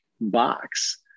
box